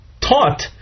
taught